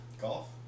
Golf